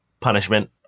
punishment